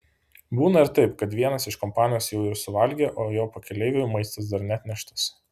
būna ir taip kad vienas iš kompanijos jau ir suvalgė o jo pakeleiviui maistas dar neatneštas